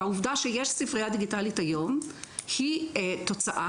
והעובדה שיש ספרייה דיגיטלית היום היא תוצאה